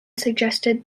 suggested